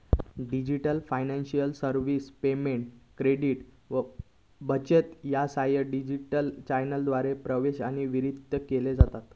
digital financial services payment, credit, बचत यासह digital चॅनेलद्वारा प्रवेश आणि वितरित केल्या जातत